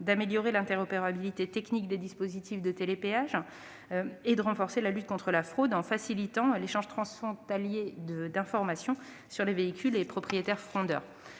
d'améliorer l'interopérabilité technique des dispositifs de télépéage européens et de renforcer la lutte contre la fraude en facilitant l'échange transfrontalier d'informations sur les véhicules et les propriétaires fraudeurs.